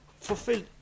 fulfilled